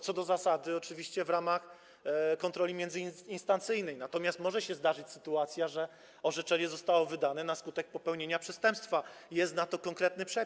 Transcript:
Co do zasady oczywiście odbywa się to w ramach kontroli międzyinstancyjnej, natomiast może się zdarzyć sytuacja, że orzeczenie zostało wydane na skutek popełnienia przestępstwa, i jest na to konkretny przepis.